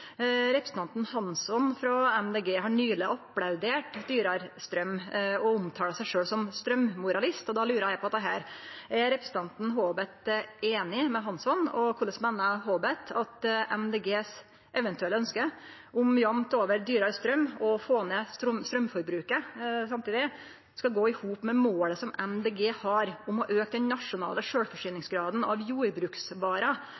Representanten Hansson frå Miljøpartiet Dei Grøne har nyleg applaudert dyrare straum og omtaler seg sjølv som straummoralist. Då lurer eg på: Er representanten Haabeth einig med Hansson, og korleis meiner Haabeth at Miljøpartiet Dei Grønes eventuelle ønske om jamt over dyrare straum og å få ned straumforbruket samtidig skal gå i hop med målet som Miljøpartiet Dei Grøne har om å auke den nasjonale